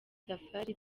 safari